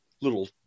little